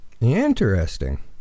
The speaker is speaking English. Interesting